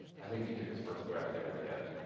i think he took his first breath there at the end.